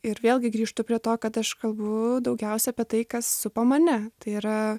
ir vėlgi grįžtu prie to kad aš kalbu daugiausia apie tai kas supa mane tai yra